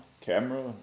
camera